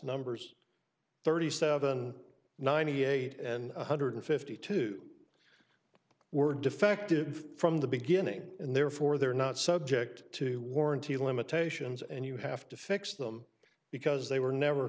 numbers thirty seven ninety eight and one hundred fifty two we're defective from the beginning and therefore they're not subject to warranty limitations and you have to fix them because they were never